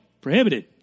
Prohibited